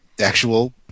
actual